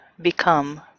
become